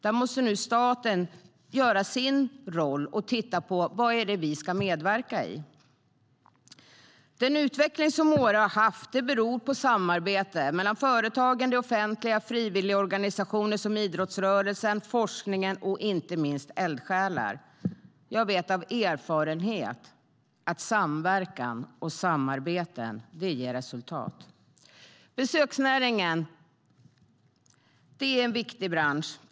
Där måste nu staten ta sin roll och titta på vad vi ska medverka i.Den utveckling som Åre har haft beror på samarbete mellan företagen, det offentliga, frivilligorganisationer som idrottsrörelsen, forskningen och inte minst eldsjälar. Jag vet av erfarenhet att samverkan och samarbete ger resultat. Besöksnäringen är en viktig bransch.